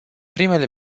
primele